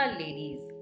ladies